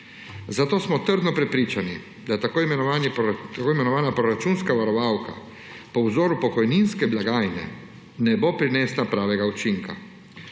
Zato smo trdno prepričani, da tako imenovana proračunska varovalka po vzoru pokojninske blagajne ne bo prinesla pravega učinka.